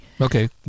Okay